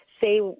say